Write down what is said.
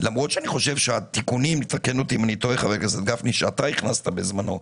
למרות שאני חושב שהתיקונים שחבר הכנסת גפני הכניס בזמנו,